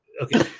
okay